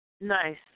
Nice